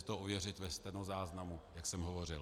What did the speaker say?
Lze si to ověřit ve stenozáznamu, jak jsem hovořil.